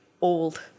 old